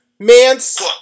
Mance